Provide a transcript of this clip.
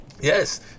Yes